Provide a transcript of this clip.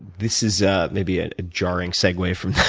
this is ah maybe ah a jarring segway from